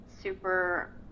super